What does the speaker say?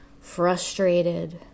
frustrated